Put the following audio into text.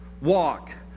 walk